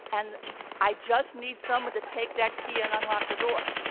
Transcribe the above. and i just need someone to take that key and unlock the door.